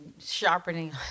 sharpening